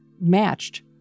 matched